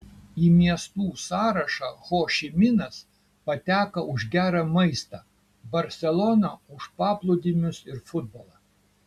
į miestų sąrašą ho ši minas pateko už gerą maistą barselona už paplūdimius ir futbolą